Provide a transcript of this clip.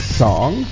song